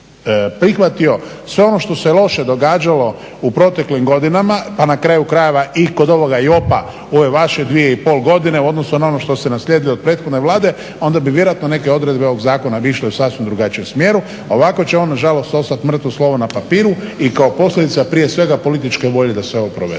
prihvatio sve ono što se loše događalo u proteklim godinama pa na kraju krajeva i kod ovoga JOP-a u ove vaše 2,5 godine u odnosu na ono što ste naslijedili od prethodne vlade onda bi vjerojatno neke odredbe ovog zakona bi išle u sasvim drugačijem smjeru, a ovako će on nažalost ostati mrtvo slovo na papiru i kao posljedica prije svega političke volje da se ovo provede.